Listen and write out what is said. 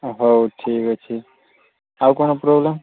ହଁ ହଉ ଠିକ ଅଛି ଆଉ କ'ଣ ପ୍ରୋବ୍ଲେମ